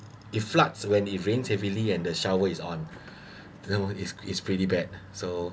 it floods when it rains heavily and the shower is on that [one] is is pretty bad so